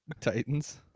Titans